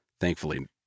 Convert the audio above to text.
thankfully